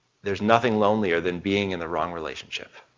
there's nothing lonelier than being in the wrong relationship.